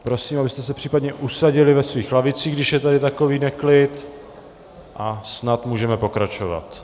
Prosím, abyste se případně usadili ve svých lavicích, když je tady takový neklid, a snad můžeme pokračovat.